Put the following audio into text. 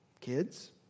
kids